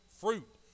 fruit